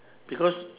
because